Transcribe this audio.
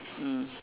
mm